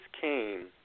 came